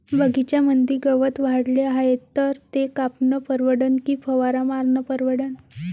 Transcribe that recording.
बगीच्यामंदी गवत वाढले हाये तर ते कापनं परवडन की फवारा मारनं परवडन?